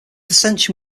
dissension